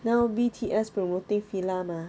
now B_T_S promoting FILA mah